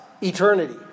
eternity